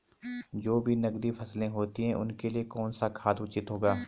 जो भी नकदी फसलें होती हैं उनके लिए कौन सा खाद उचित होगा?